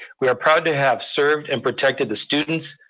we are proud to have served and protected the students,